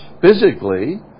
physically